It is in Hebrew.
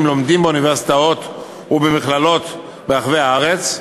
לומדים באוניברסיטאות ובמכללות ברחבי הארץ,